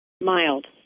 mild